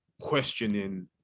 questioning